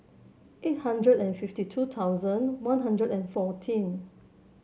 eight hundred and fifty two thousand One Hundred and fourteen